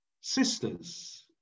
sisters